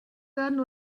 werden